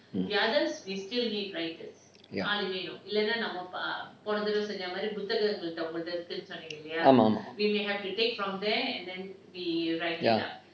ya ஆமாம் ஆமாம்:aamaam aamaam ya